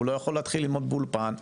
הוא לא יכול להתחיל ללמוד באולפן.